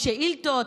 משאילתות,